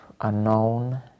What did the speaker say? unknown